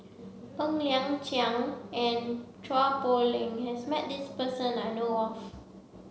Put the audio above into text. Ng Liang Chiang and Chua Poh Leng has met this person that I know of